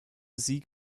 sieg